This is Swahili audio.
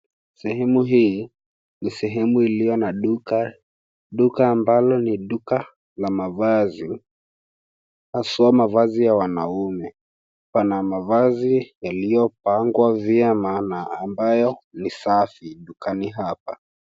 Sehemu hii, ni sehemu iliyo na duka, duka ambalo ni duka la mavazi, haswa mavazi ya wanaume. Pana mavazi yaliyopangwa vyema na ambayo ni safi dukani hapa.